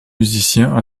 musiciens